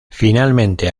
finalmente